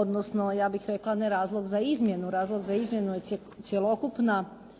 odnosno ja bih rekla ne razlog za izmjenu. Razlog za izmjenu je cjelokupna